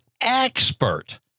expert